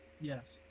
Yes